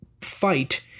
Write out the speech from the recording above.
fight